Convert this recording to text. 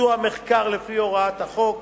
ביצוע מחקר לפי הוראת החוק,